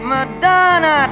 Madonna